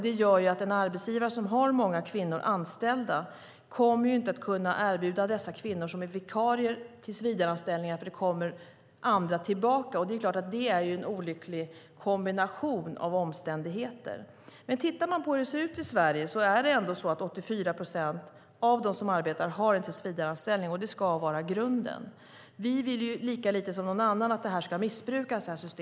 Det gör också att en arbetsgivare som har många kvinnor anställda inte kommer att kunna erbjuda de kvinnor som är vikarier tillsvidareanställningar eftersom andra kommer tillbaka. Det är klart att det är en olycklig kombination av omständigheter. Men tittar man på hur det ser ut i Sverige är det ändå 84 procent av dem som arbetar som har en tillsvidareanställning, och det ska vara grunden. Vi vill ju lika lite som någon annan att det här systemet ska missbrukas.